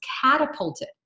catapulted